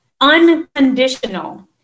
unconditional